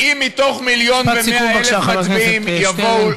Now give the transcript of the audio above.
אם מתוך מיליון ו-100,000 מצביעים יבואו,